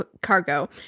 cargo